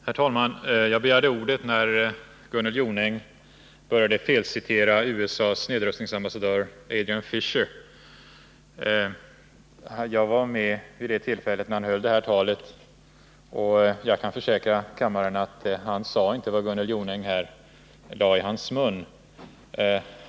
Herr talman! Jag begärde ordet när Gunnel Jonäng började felcitera USA:s nedrustningsambassadör Adrian Fisher. Jag var med vid det tillfälle då Fisher höll det här talet, och jag kan försäkra kammaren att han inte sade det som Gunnel Jonäng lade i hans mun.